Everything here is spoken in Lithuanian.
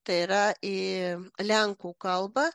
tai yra į lenkų kalbą